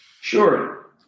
Sure